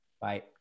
Bye